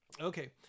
Okay